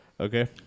Okay